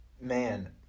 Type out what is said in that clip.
Man